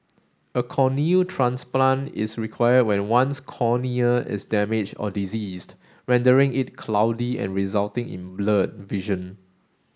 a corneal transplant is required when one's cornea is damaged or diseased rendering it cloudy and resulting in blurred vision